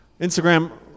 Instagram